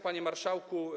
Panie Marszałku!